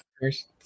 first